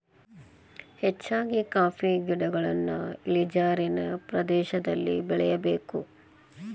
ಹೆಚ್ಚಾಗಿ ಕಾಫಿ ಗಿಡಗಳನ್ನಾ ಇಳಿಜಾರಿನ ಪ್ರದೇಶದಲ್ಲಿ ಬೆಳೆಯಬೇಕು